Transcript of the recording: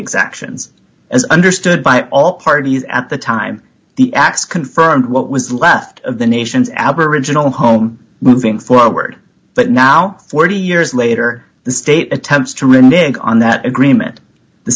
exactions as understood by all parties at the time the acts confirmed what was left of the nation's aboriginal home moving forward but now forty years later the state attempts to renege on that agreement the